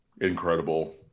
incredible